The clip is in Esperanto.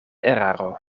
eraro